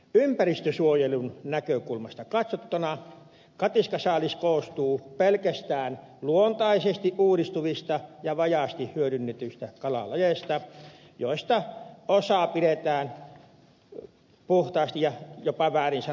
ympäristönsuojelun näkökulmasta katsottuna katiskasaalis koostuu pelkästään luontaisesti uudistuvista ja vajaasti hyödynnetyistä kalalajeista joista osaa pidetään puhtaasti ja jopa väärin sanotusti roskakaloina